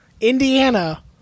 Indiana